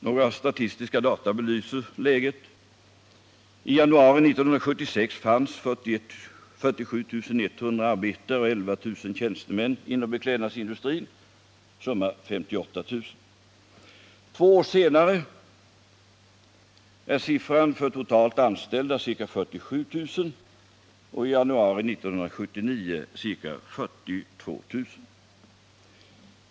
Några statistiska data belyser läget. I januari 1976 fanns 47 100 arbetare och 11 000 tjänstemän inom beklädnadsindustrin. Summa 58 000. Två år senare är det totala antalet anställda ca 47 000, och i januari 1979 ca 42 000.